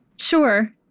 sure